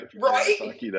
Right